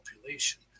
population